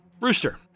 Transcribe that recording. Rooster